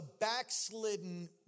backslidden